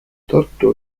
tartu